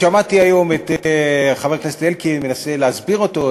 שמעתי היום את חבר הכנסת אלקין מנסה להסביר אותו,